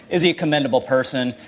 is he a commendable person?